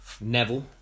Neville